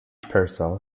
pearsall